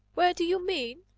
where do you mean?